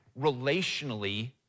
relationally